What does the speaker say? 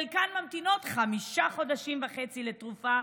חלקן ממתינות חמישה חודשים וחצי לתרופה,